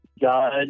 God